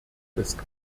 ist